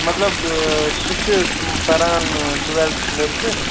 مطلب سُہ چھُ پَران ٹُوٮ۪لتھَس لٔڑکہٕ